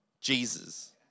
Jesus